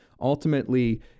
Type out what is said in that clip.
Ultimately